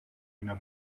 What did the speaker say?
ina